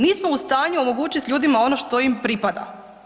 Nismo u stanju omogućiti ljudima ono što im pripada.